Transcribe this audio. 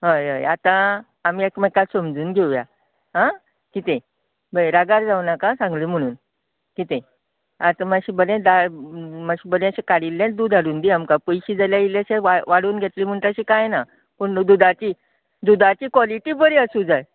हय हय आता आमी एकामेकांक समजून घेवया आं कितें पळय रागार जावनाका सांगला म्हणून कितें आता मातशें बरें धाड मातशे बरेंशें काडिल्लेंच दूद हाडून दी आमकां पयशे जाय जाल्यर इल्लेशे वाडून घेतले म्हण तशें कांय ना पूण दूदाची दूदाची कॉलेटी बरी आसूंक जाय